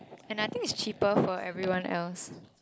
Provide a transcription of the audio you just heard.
and I think is cheaper for everyone else